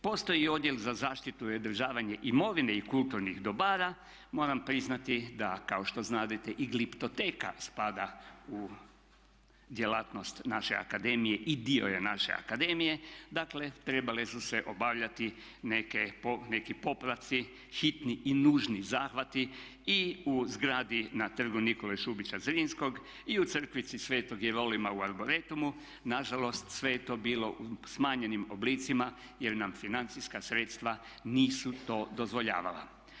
Postoji i odjel za zaštitu i održavanje imovine i kulturnih dobara, moram priznati da kao što znadete i Gliptoteka spada u djelatnost naše akademije i dio je naše akademije, dakle trebale su se obavljati neki popravci, hitni i nužni zahvati i u zgradi na Trgu Nikole Šubića Zrinskog i u Crkvici Svetog Jerolima u Arboretumu, nažalost sve je to bilo u smanjenim oblicima jer nam financijska sredstva nisu to dozvoljavala.